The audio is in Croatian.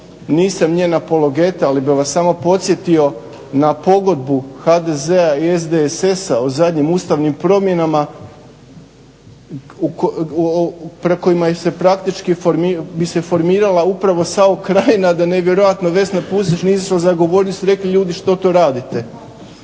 nisam njena pologeta, ali bih vas samo podsjetio na pogodbu HDZ-a i SDSS-a o zadnjim ustavnim promjenama kojima se praktički bi se formirala upravo SAO krajina da nevjerojatno Vesna Pusić nisu … rekli ljudi što to radite,